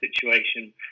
situation